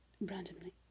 randomly